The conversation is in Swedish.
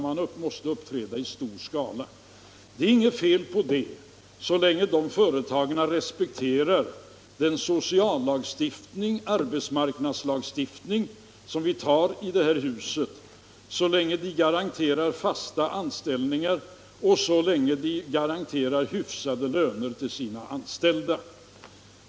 Det är inget fel i att företagen uppträder i stor skala, så länge de respekterar den socialoch arbetsmarknadslagstiftning som vi beslutar om i det här huset samt garanterar fasta anställningar och hyggliga löner till sina anställda.